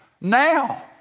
now